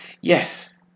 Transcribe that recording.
yes